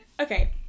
okay